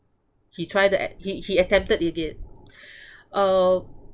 he tried that at he he attempted it again uh